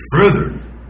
further